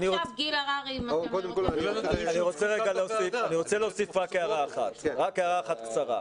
אני רוצה להוסיף פה רק הערה אחת קצרה.